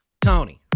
Tony